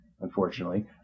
unfortunately